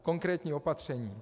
Konkrétní opatření.